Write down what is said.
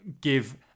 give